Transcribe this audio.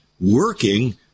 working